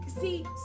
See